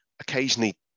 occasionally